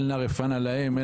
אל נא רפא נא להם.